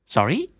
Sorry